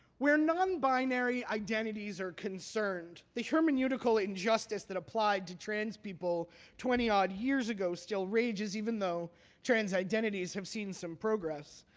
where non-binary identities are concerned, the hermeneutical injustice that applied to transpeople twenty odd years ago still rages even though trans identities have seen some progress.